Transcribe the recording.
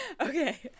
Okay